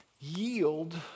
Yield